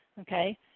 Okay